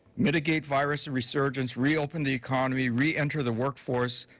mitigate virus resurgence, reopen the economy, reenter the workforce,